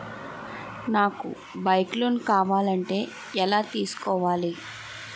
నాకు bike loan కావాలంటే ఎలా తీసుకోవాలి?